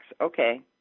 Okay